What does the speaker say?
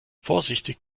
vorsichtig